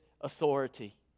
authority